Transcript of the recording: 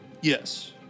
Yes